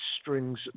strings